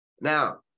Now